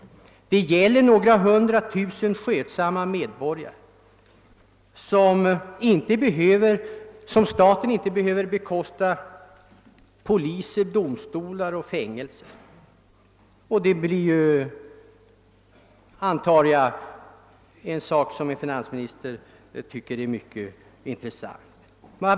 Frågan berör några hundra tusen skötsamma medborgare för vilka staten inte har några utgifter för poliser, domstolar och fängelser.